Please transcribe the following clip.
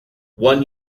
one